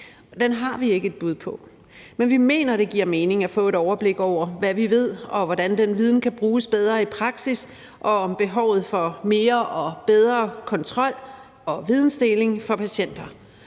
Den har vi ikke et bud på. Men vi mener, det giver mening at få et overblik over, hvad vi ved, hvordan den viden kan bruges bedre i praksis, et overblik over behovet for mere og bedre kontrol samt vidensdeling for patienter.